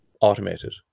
automated